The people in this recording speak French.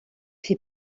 fait